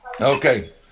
Okay